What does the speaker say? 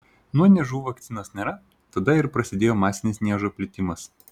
nuo niežų vakcinos nėra tada ir prasidėjo masinis niežo plitimas